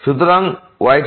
সুতরাং y → 0